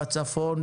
בצפון,